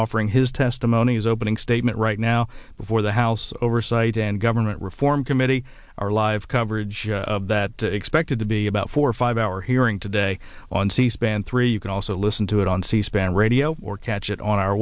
offering his testimony his opening statement right now before the house oversight and government reform committee our live coverage of that expected to be about four five hour hearing today on c span three you can also listen to it on c span radio or catch it on our